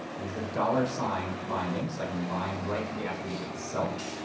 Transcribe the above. i use the dollar sign binding so i can bind right to the attribute itself.